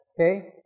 okay